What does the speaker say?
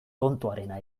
tontoarena